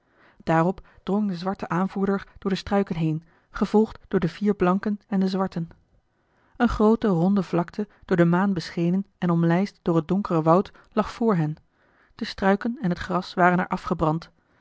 daarop drong de zwarte aanvoerder door de struiken heen gevolgd door de vier blanken en de zwarten eene groote ronde vlakte door de maan beschenen en omlijst door het donkere woud lag voor hen de struiken en het gras waren er afgebrand